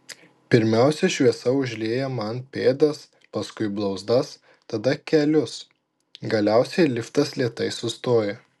pirmiausia šviesa užlieja man pėdas paskui blauzdas tada kelius galiausiai liftas lėtai sustoja